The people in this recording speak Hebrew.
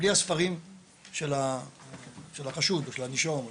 בלי הספרים של החשוד או הנישום וכולי?